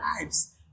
lives